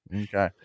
Okay